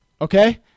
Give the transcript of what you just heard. Okay